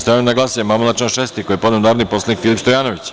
Stavljam na glasanje amandman na član 16. koji je podneo narodni poslanik Filip Stojanović.